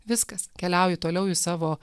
viskas keliauji toliau į savo